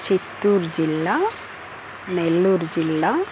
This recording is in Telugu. చిత్తూర్ జిల్లా నెల్లూర్ జిల్లా